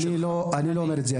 אני לא אומר את זה.